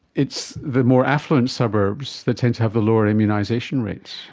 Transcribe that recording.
it's the more affluent suburbs that tend to have the lower immunisation rates.